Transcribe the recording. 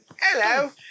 Hello